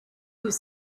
was